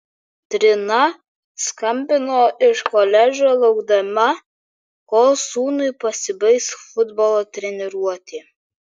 trina skambino iš koledžo laukdama kol sūnui pasibaigs futbolo treniruotė